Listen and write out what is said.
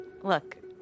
look